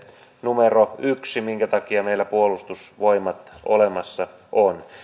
numero yksi minkä takia meillä puolustusvoimat on olemassa